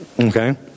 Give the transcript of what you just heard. Okay